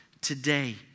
today